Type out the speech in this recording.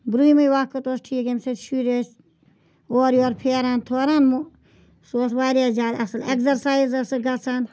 برہمٕے وَقت اوس ٹھیٖک یمہِ سۭتۍ شُرۍ ٲسۍ اورٕ یورٕ پھیران تھوران سُہ اوس واریاہ زیادٕ اَصل ایٚگزَسَیِز ٲسٕکھ گَژھان